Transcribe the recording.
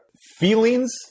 feelings